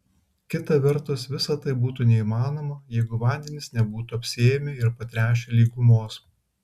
kita vertus visa tai būtų neįmanoma jeigu vandenys nebūtų apsėmę ir patręšę lygumos